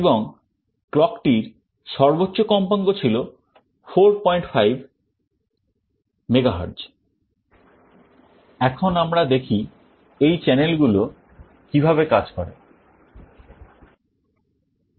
এবং clock টির সর্বোচ্চ কম্পাঙ্ক ছিল 45 MHz এখন আমরা দেখি এই channel গুলো কিভাবে কাজ করে